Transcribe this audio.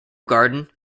garden